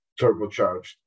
turbocharged